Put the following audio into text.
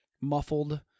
muffled